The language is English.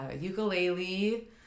ukulele